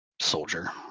soldier